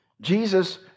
Jesus